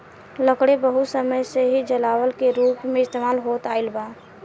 लकड़ी बहुत समय से ही जलावन के रूप में इस्तेमाल होत आईल बा